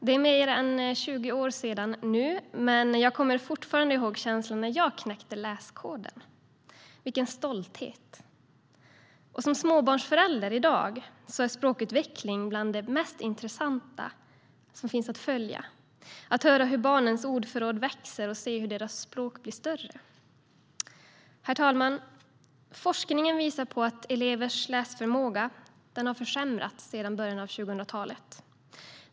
Det är mer än 20 år sedan nu, men jag kommer fortfarande ihåg känslan när jag knäckte läskoden. Vilken stolthet! Och som småbarnsförälder i dag är språkutveckling bland det mest intressanta som finns att följa - att höra hur barnens ordförråd växer och att deras språk blir större. Herr talman! Forskningen visar att elevers läsförmåga har försämrats sedan början av 2000-talet.